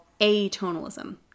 atonalism